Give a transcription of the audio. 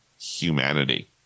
humanity